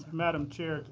madam chair,